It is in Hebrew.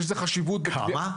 כמה?